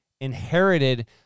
inherited